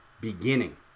beginning